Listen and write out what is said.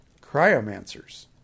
Cryomancers